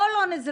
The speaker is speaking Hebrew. בואו לא נזרוק.